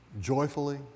joyfully